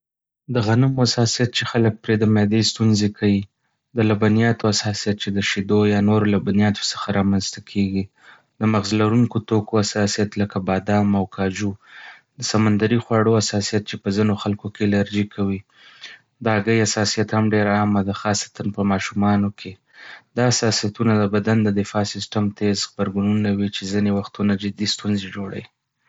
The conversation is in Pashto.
د غنمو حساسیت چې خلک پرې د معدې ستونزې کوي. د لبنیاتو حساسیت چې د شیدو یا نورو لبنیاتو څخه رامنځته کېږي. د مغز لرونکو توکو حساسیت لکه بادام او کاجو. د سمندري خواړو حساسیت چې په ځینو خلکو کې الرجی کوي. د هګۍ حساسیت هم ډېره عامه ده، خاصتاً په ماشومانو کې. دا حساسیتونه د بدن د دفاع سیستم تېز غبرګونونه وي چې ځینې وختونه جدي ستونزې جوړوي.